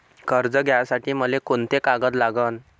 कर्ज घ्यासाठी मले कोंते कागद लागन?